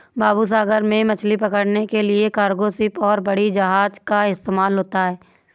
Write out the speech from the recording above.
बाबू सागर में मछली पकड़ने के लिए कार्गो शिप और बड़ी जहाज़ का इस्तेमाल होता है